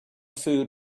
food